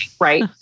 right